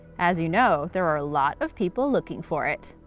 as you know, there are a lot of people looking for it!